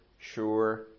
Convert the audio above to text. sure